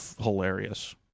hilarious